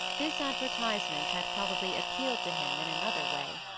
this advertisement had probably appealed to him in another way.